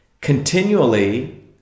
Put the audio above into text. continually